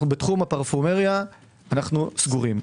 בתחום התמרוקים אנו סגורים.